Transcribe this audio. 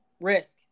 Risk